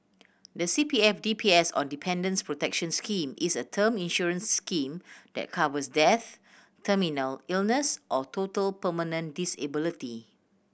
the C P F D P S or Dependants' Protection Scheme is a term insurance scheme that covers death terminal illness or total permanent disability